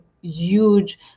huge